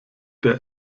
der